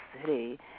city